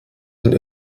und